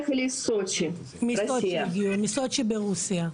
מסוצ'י ברוסיה.